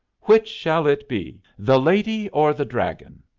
which shall it be? the lady or the dragon?